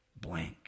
blank